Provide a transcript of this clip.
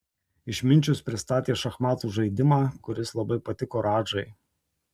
išminčius pristatė šachmatų žaidimą kuris labai patiko radžai